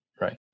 right